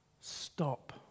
stop